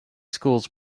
schools